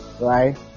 right